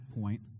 point